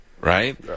right